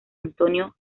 antonio